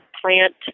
plant